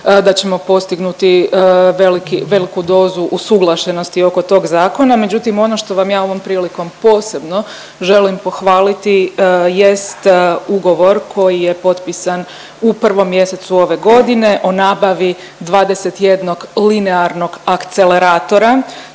da ćemo postignuti veliki, veliku dozu usuglašenosti oko tog zakona. Međutim, ono što vam ja ovom prilikom posebno želim pohvaliti jest ugovor koji je potpisan u prvom mjesecu ove godine o nabavi 21 linearnog akceleratora